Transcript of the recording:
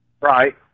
Right